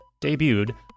debuted